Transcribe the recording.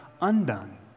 undone